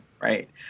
right